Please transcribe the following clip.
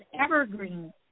Evergreen